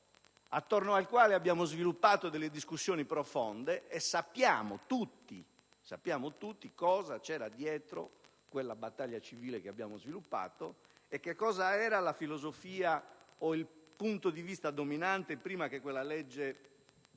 attorno al quale abbiamo sviluppato discussioni profonde. Sappiamo tutti che cosa c'era dietro quella battaglia civile che abbiamo portato avanti e qual era la filosofia o il punto di vista dominante, prima che quella legge